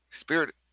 Spirit